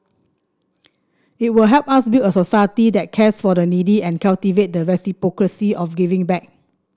it will help us build a society that cares for the needy and cultivate the reciprocity of giving back